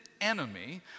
enemy